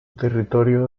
territorio